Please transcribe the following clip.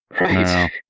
Right